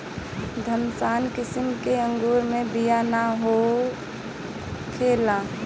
Thompson किसिम के अंगूर मे बिया ना होखेला